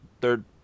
third